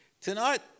Tonight